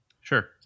Sure